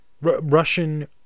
Russian